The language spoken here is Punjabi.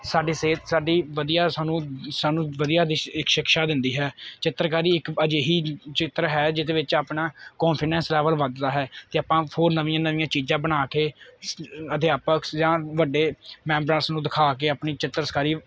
ਸਾਡੀ ਸਿਹਤ ਸਾਡੀ ਵਧੀਆ ਸਾਨੂੰ ਸਾਨੂੰ ਵਧੀਆ ਦਿ ਸ਼ਿਕਸ਼ਾ ਦਿੰਦੀ ਹੈ ਚਿੱਤਰਕਾਰੀ ਇੱਕ ਅਜਿਹੀ ਚਿੱਤਰ ਹੈ ਜਿਹਦੇ ਵਿੱਚ ਆਪਣਾ ਕੋਨਫੀਡੈਂਸ ਲੈਵਲ ਵੱਧਦਾ ਹੈ ਕਿ ਆਪਾਂ ਹੋਰ ਨਵੀਆਂ ਨਵੀਆਂ ਚੀਜ਼ਾਂ ਬਣਾ ਕੇ ਅਧਿਆਪਕ ਜਾਂ ਵੱਡੇ ਮੈਂਬਰਾਂ ਨੂੰ ਦਿਖਾ ਕੇ ਆਪਣੀ ਚਿੱਤਰਕਾਰੀ